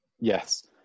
Yes